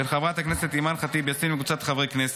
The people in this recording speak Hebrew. של חברת הכנסת אימאן ח'טיב יאסין וקבוצת חברי הכנסת.